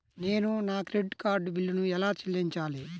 నేను నా credit card బిల్లును ఎలా చెల్లించాలీ?